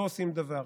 לא עושים דבר.